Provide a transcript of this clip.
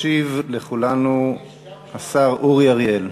ישיב השר אורי אריאל.